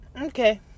Okay